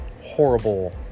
horrible